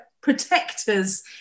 protectors